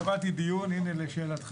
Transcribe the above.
קבעתי דיון לשאלתך,